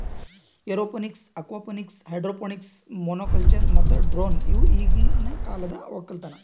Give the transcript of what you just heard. aeroponics, aquaponics, hydroponics, monoculture ಮತ್ತ drone ಇವು ಈಗಿನ ಕಾಲದ ಒಕ್ಕಲತನ